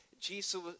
Jesus